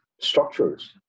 structures